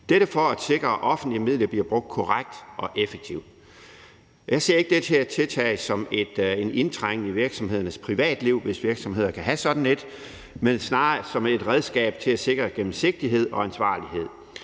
Dette sker for at sikre, at offentlige midler bliver brugt korrekt og effektivt. Jeg ser ikke det her tiltag som en indtrængen i virksomhedernes privatliv, hvis virksomheder kan have sådan et, men snarere som et redskab til at sikre gennemsigtighed og ansvarlighed.